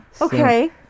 Okay